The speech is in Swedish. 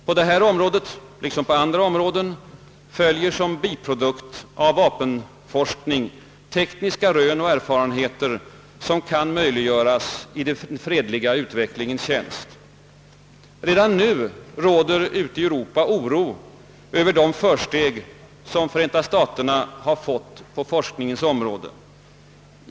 På detta område liksom på andra områden följer som biprodukt av vapenforskning tekniska rön och erfarenheter som kan nyttiggöras i den fredliga utvecklingens tjänst. Redan nu råder ute i Europa oro över de försteg som Förenta staterna fått på forskningens område.